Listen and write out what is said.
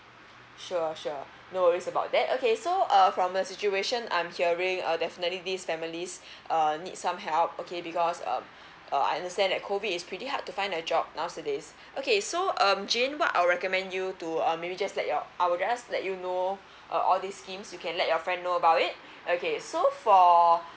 sure sure no worries about that okay so uh from the situation I'm hearing uh definitely this families err need some help okay because um uh I understand that COVID is pretty hard to find a job nowadays okay so um jane what I'll recommend you to uh maybe just let your I will just let you know uh all these scheme you can let your friend know about it okay so for